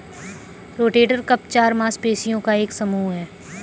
rotator cuff चार मांसपेशियों का एक समूह है